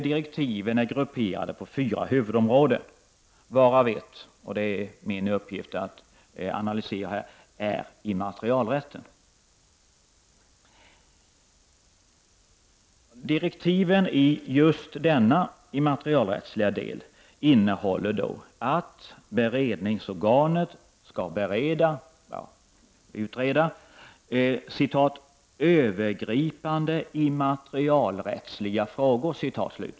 Direktiven är grupperade på fyra huvudområden, varav ett — som det är min uppgift att analysera här — är immaterialrättens område. Direktiven i just denna immaterialrättsliga del säger att beredningsorganet skall utreda ”övergripande immaterialrättsliga frågor”.